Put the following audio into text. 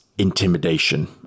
intimidation